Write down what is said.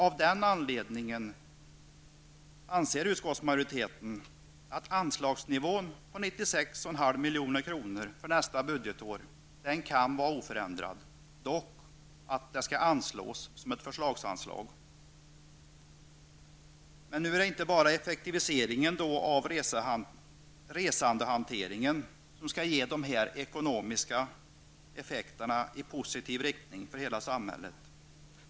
Av den anledningen anser utskottsmajoriteten att anslagsnivån på 96,5 milj.kr. för nästa budgetår kan vara oförändrad, dock skall beloppet anslås som förslagsanslag. Nu är det inte bara effektiviseringen av resandehanteringen som skall ge dessa ekonomiska effekter i positiv riktning för hela samhället.